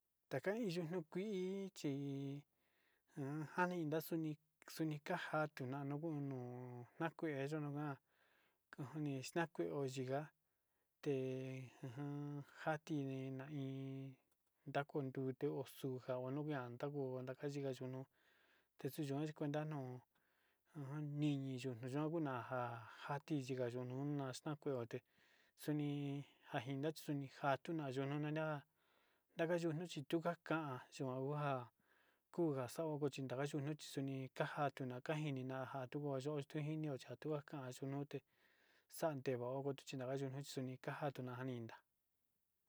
Ja ntaka in yutnu kui chi ka'an saaña ja suni kajato nuko in nu tnakue nistakue yo yika te too in suja o ntute yika te su yuka chi kueta niñi ku.